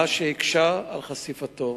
מה שהקשה את חשיפתו.